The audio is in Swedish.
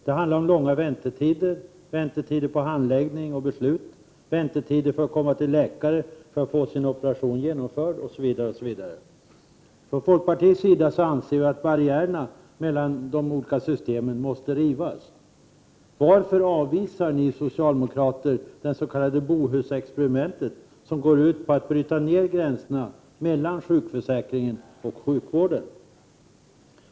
Det handlar om långa väntetider — väntetider för handläggning och beslut, väntetider för att komma till läkare och för att få sin operation genomförd, osv. Från folkpartiets sida anser vi att barriärerna mellan de olika systemen måste rivas. Varför avvisar ni socialdemokrater det s.k. Bohusexperimentet, som går ut på att bryta ner gränserna mellan sjukförsäkringen och sjukvården?